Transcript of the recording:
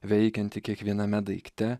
veikianti kiekviename daikte